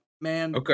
man